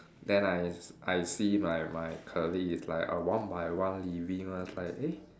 then I I see my my colleague is like uh one by one leaving lah it's like eh